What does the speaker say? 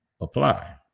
apply